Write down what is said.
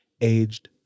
aged